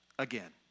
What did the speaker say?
again